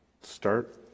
start